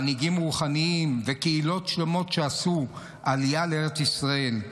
מנהיגים רוחניים וקהילות שלמות עשו עלייה לארץ ישראל,